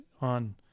on